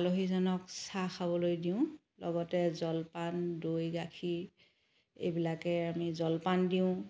আলহীজনক চাহ খাবলৈ দিওঁ লগতে জলপান দৈ গাখীৰ এইবিলাকে আমি জলপান দিওঁ